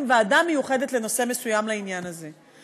ועדה מיוחדת לנושא מסוים לעניין הזה.